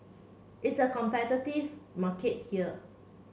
it's a competitive market here